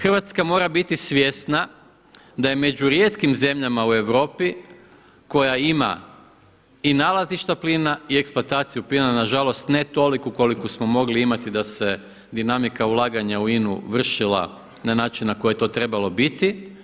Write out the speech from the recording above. Hrvatska mora biti svjesna da je među rijetkim zemljama u Europi koja ima i nalazišta plina i eksploataciju plina na žalost ne toliku koliku smo mogli imati da se dinamika ulaganja u INA-u vršila na način na koji je to trebalo biti.